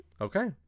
Okay